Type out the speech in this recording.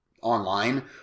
online